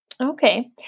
Okay